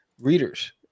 readers